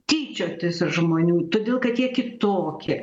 tyčiotis iš žmonių todėl kad jie kitokie